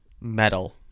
metal